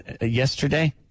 yesterday